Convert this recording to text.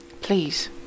Please